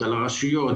הרשויות,